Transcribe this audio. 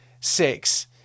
six